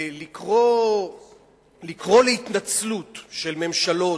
לקרוא להתנצלות של ממשלות,